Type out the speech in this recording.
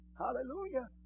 Hallelujah